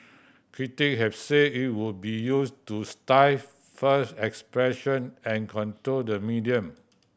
critic have said it could be used to stifles expression and control the media